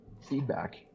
feedback